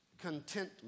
contentment